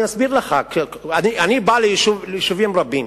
אני בא ליישובים רבים.